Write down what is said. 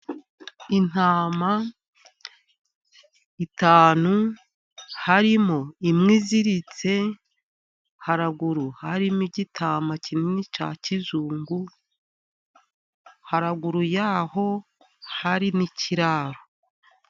Intama eshanu harimo imwe iziritse, haruguru harimo igitama kinini cya kizungu, haruguru yaho hari n'ikiraro.